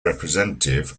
representative